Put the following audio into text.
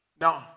No